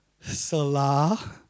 Salah